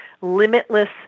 limitless